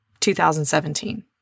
2017